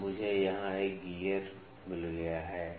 अब मुझे यहाँ एक गियर मिल गया है